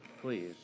please